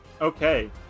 Okay